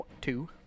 Two